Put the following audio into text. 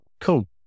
Cool